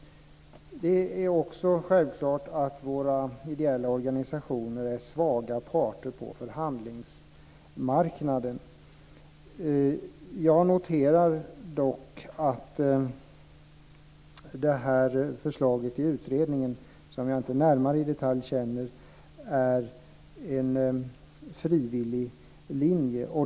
Det är också självklart att våra ideella organisationer är svaga parter på förhandlingsmarknaden. Jag noterar dock att förslaget från utredningen, som jag inte känner närmare i detalj, innebär en frivillig linje.